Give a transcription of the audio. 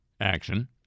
action